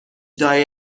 دائره